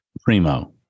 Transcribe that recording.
Primo